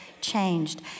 changed